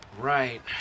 Right